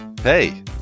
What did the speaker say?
Hey